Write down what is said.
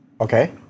Okay